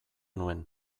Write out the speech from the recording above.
nuen